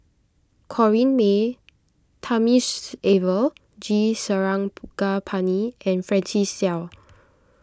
Corrinne May Thamizhavel G Sarangapani and Francis Seow